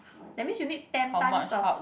that's mean you need ten times of